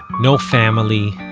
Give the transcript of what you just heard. no family.